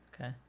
Okay